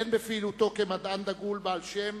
הן בפעילותו כמדען דגול בעל-שם